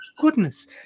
goodness